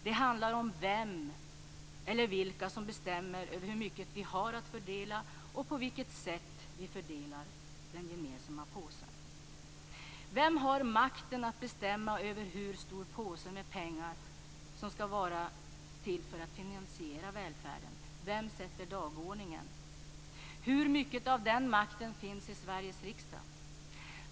Det handlar om vem eller vilka som bestämmer över hur mycket vi har att fördela och om på vilket sätt vi fördelar den gemensamma påsen. Vem har makten att bestämma över hur stor påsen med pengar för att finansiera välfärden skall vara? Vem sätter dagordningen? Hur mycket av den makten finns i Sveriges riksdag?